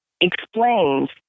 explains